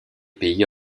pays